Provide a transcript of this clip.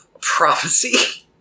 prophecy